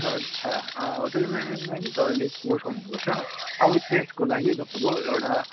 अच्छा hotel management तपाईँले course गर्नुपर्छ अरू त्यसको लागि तपाईँको एउटा